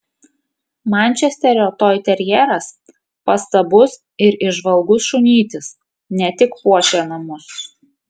mančesterio toiterjeras pastabus ir įžvalgus šunytis ne tik puošia namus